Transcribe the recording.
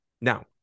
Now